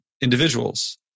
individuals